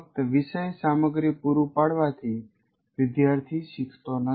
ફક્ત વિષય સામગ્રી પૂરું પાડવાથી વિદ્યાર્થી શીખતો નથી